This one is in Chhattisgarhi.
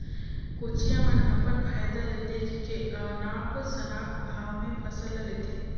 कोचिया मन अपन फायदा ल देख के अनाप शनाप भाव में फसल ल लेथे